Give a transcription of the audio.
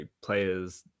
players